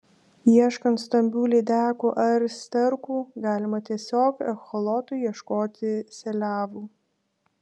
ieškant stambių lydekų ar sterkų galima tiesiog echolotu ieškoti seliavų